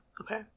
Okay